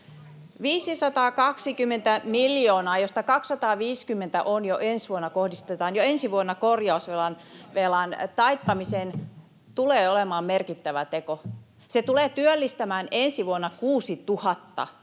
520 miljoonaa, josta 250 kohdistetaan jo ensi vuonna korjausvelan taittamiseen — tulee olemaan merkittävä teko. Se tulee työllistämään ensi vuonna 6 000